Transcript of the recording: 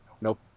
Nope